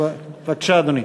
בבקשה, אדוני.